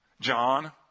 John